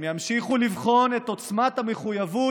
הם ימשיכו לבחון את עוצמת המחויבות